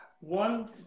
one